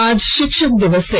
आज शिक्षक दिवस है